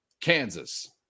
Kansas